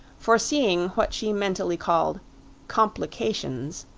foreseeing what she mentally called complications,